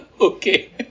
Okay